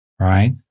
right